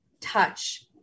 touch